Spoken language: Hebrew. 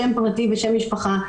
שם פרטי ושם משפחה,